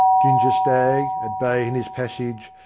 ginger stagg, at bay in his passage,